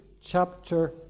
chapter